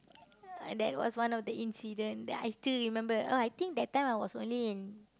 uh that was one of the incident that I still remember oh I think that time I was only in